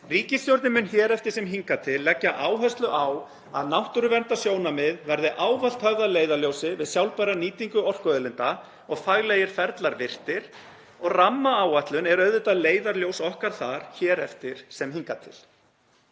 Ríkisstjórnin mun hér eftir sem hingað til leggja áherslu á að náttúruverndarsjónarmið verði ávallt höfð að leiðarljósi við sjálfbæra nýtingu orkuauðlinda og faglegir ferlar virtir. Rammaáætlun er auðvitað leiðarljós okkar þar, hér eftir sem hingað til.